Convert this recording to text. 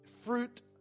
fruit